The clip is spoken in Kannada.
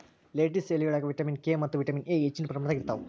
ಲೆಟಿಸ್ ಎಲಿಯೊಳಗ ವಿಟಮಿನ್ ಕೆ ಮತ್ತ ವಿಟಮಿನ್ ಎ ಹೆಚ್ಚಿನ ಪ್ರಮಾಣದಾಗ ಇರ್ತಾವ